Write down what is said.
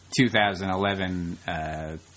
2011